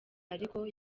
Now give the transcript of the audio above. ariko